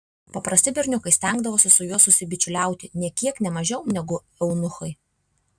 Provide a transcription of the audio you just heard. paprasti berniukai stengdavosi su juo susibičiuliauti nė kiek ne mažiau negu eunuchai